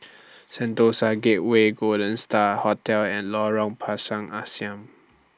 Sentosa Gateway Golden STAR Hotel and Lorong Pisang Asam